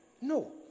No